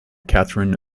kathryn